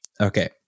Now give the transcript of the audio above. Okay